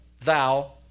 thou